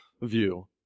view